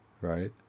Right